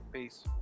Peace